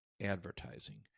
advertising